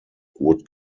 would